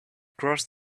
crossed